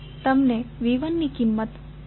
તમને V1ની કિંમત33